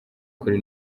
kuri